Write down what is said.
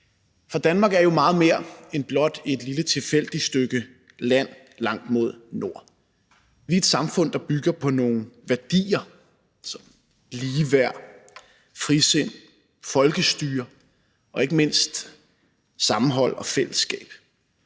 For Danmark er jo meget mere end blot et lille tilfældigt stykke land langt mod nord. Vi er et samfund, der bygger på nogle værdier som ligeværd, frisind, folkestyre og ikke mindst sammenhold og fællesskab.